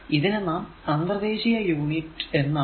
ഇതിനെ നാം അന്തർദേശീയ യൂണിറ്റ് എന്നാണ്